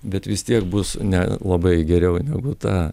bet vis tiek bus ne labai geriau negu ta